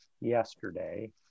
yesterday